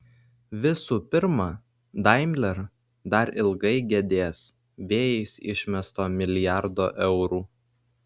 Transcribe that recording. visų pirma daimler dar ilgai gedės vėjais išmesto milijardo eurų